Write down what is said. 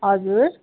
हजुर